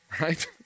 Right